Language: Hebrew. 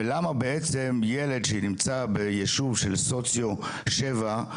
ולמה בעצם ילד שנמצא בישוב של סוציו שבע,